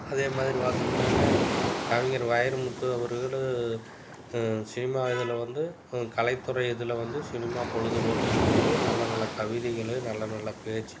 அதே மாதிரி பார்த்தம்னாங்க கவிஞர் வைரமுத்து அவர்களிடம் சினிமா இதில் வந்து கலைத்துறை இதில் வந்து சினிமா பொழுதுபோக்குக்கு வந்து நல்ல நல்ல கவிதைகளை நல்ல நல்ல பேச்சு